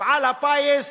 מפעל הפיס,